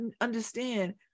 understand